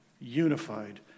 unified